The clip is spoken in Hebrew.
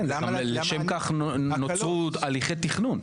כן, אבל לשם כך נוצרו הליכי תכנון.